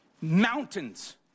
mountains